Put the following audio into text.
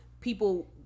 People